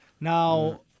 Now